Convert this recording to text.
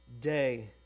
day